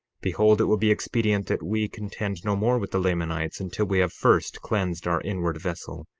behold it will be expedient that we contend no more with the lamanites until we have first cleansed our inward vessel,